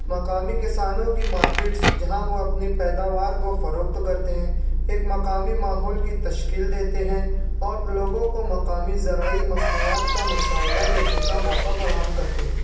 مقامی کسانوں کی مارکیٹس جہاں وہ اپنی پیداوار کو فروخت کرتے ہیں ایک مقامی ماحول کی تشکیل دیتے ہیں اور لوگوں کو مقامی زراعی مصنوعات کا مشاہدہ لینے کا موقع فراہم کرتے ہیں